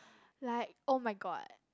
like [oh]-my-god